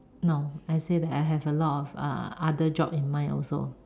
no I say that I have a lot of uh other job in mind also